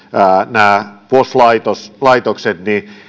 nämä vos laitokset